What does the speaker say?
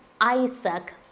Isaac